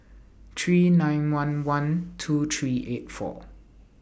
three nine one one two three eight four